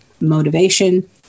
motivation